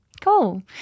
Cool